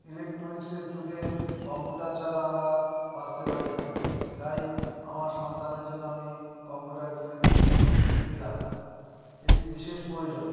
ইলেকট্রনিক্সের যুগে কম্পিউটার ছাড়া আমরা বাঁচতে পারি না তাই আমার সন্তানের জন্য আমি কম্পিউটার কিনে দিলাম এটির বিশেষ প্রয়োজন